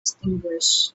extinguished